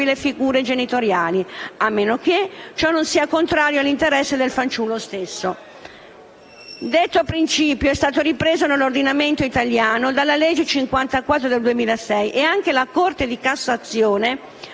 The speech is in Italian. le figure genitoriali, a meno che ciò non sia contrario all'interesse del fanciullo stesso. Detto principio è stato ripreso nell'ordinamento italiano, dalla legge n. 54 del 2006, e anche la Corte di cassazione